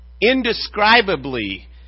indescribably